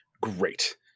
great